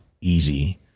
easy